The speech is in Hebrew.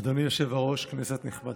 אדוני היושב-ראש, כנסת נכבדה,